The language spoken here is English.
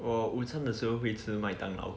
我午餐的时候会吃麦当劳